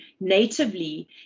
natively